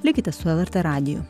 likite su lrt radiju